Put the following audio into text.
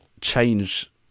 change